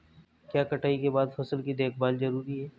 क्या कटाई के बाद फसल की देखभाल जरूरी है?